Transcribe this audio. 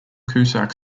cusack